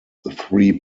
three